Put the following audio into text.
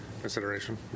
consideration